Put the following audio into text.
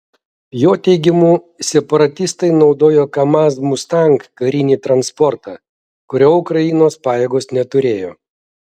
jo teigimu separatistai naudojo kamaz mustang karinį transportą kurio ukrainos pajėgos neturėjo